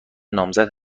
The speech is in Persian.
نامزد